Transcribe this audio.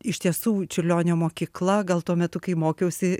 iš tiesų čiurlionio mokykla gal tuo metu kai mokiausi